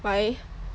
why